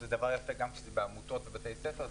שזה דבר יפה גם כשזה בעמותות בבתי ספר,